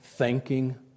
Thanking